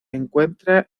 encuentra